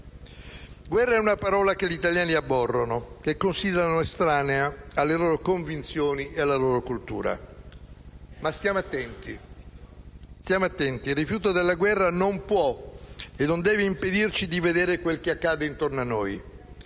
Guerra è una parola che gli italiani aborrano, che considerano estranea alle loro convinzioni e alla loro cultura, ma stiamo attenti. Il rifiuto della guerra non può e non deve impedirci di vedere quel che accade intorno a noi;